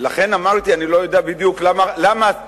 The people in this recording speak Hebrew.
שכותב לגלעד